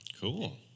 Cool